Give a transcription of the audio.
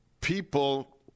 people